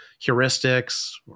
heuristics